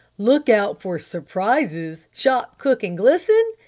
look out for surprises' shop, cook, and glisten'?